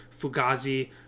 Fugazi